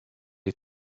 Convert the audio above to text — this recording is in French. est